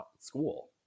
school